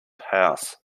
house